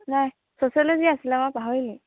নাই ছ'চিয়ল'জি আছিলে আকৌ পাহৰিলি